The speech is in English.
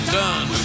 done